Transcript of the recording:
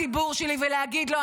נמאס לי לבוא לציבור שלי ולהגיד לו,